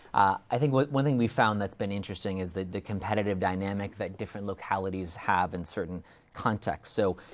i think one, one thing we've found that's been interesting is the, the competitive dynamic that different localities have in certain contexts. so,